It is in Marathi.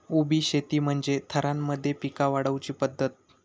उभी शेती म्हणजे थरांमध्ये पिका वाढवुची पध्दत